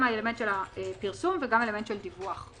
גם האלמנט של הפרסום וגם האלמנט של דיווח,